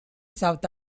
south